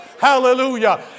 Hallelujah